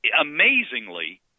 Amazingly